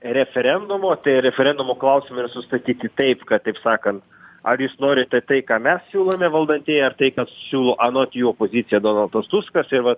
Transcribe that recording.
referendumo tai referendumo klausimai yra sustatyti taip kad taip sakant ar jūs norite tai ką mes siūlome valdantieji ar tai ką siūlo anot jų opozicija donaldas tuskas ir va